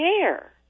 care